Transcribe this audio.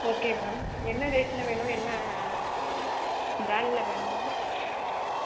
okay ma'am என்ன டேட்டில் வேணும் என்ன பிராண்ட்டில் வேணும் மேம்